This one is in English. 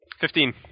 Fifteen